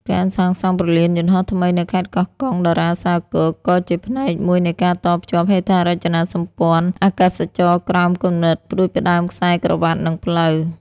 ការសាងសង់ព្រលានយន្តហោះថ្មីនៅខេត្តកោះកុង (តារាសាគរ) ក៏ជាផ្នែកមួយនៃការតភ្ជាប់ហេដ្ឋារចនាសម្ព័ន្ធអាកាសចរណ៍ក្រោម គំនិតផ្ដួចផ្ដើមខ្សែក្រវាត់ និងផ្លូវ។